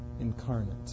incarnate